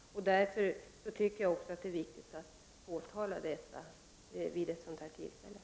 Därför tycker jag också att det är viktigt att påtala detta vid ett sådant här tillfälle.